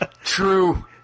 True